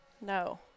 No